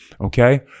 Okay